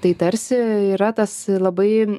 tai tarsi yra tas labai